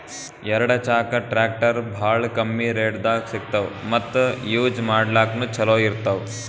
ಎರಡ ಚಾಕದ್ ಟ್ರ್ಯಾಕ್ಟರ್ ಭಾಳ್ ಕಮ್ಮಿ ರೇಟ್ದಾಗ್ ಸಿಗ್ತವ್ ಮತ್ತ್ ಯೂಜ್ ಮಾಡ್ಲಾಕ್ನು ಛಲೋ ಇರ್ತವ್